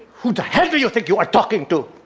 who the hell do you think you are talking to.